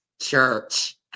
church